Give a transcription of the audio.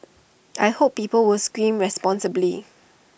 I hope people will scream responsibly